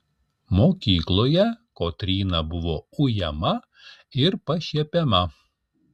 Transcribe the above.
mokykloje kotryna buvo ujama ir pašiepiama